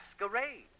masquerade